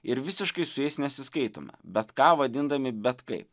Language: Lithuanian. ir visiškai su jais nesiskaitome bet ką vadindami bet kaip